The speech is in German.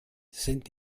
sind